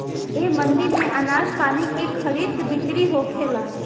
ए मंडी में आनाज पानी के खरीद बिक्री होखेला